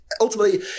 ultimately